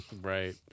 Right